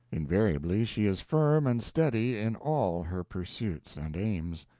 invariably she is firm and steady in all her pursuits and aims.